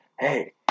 Hey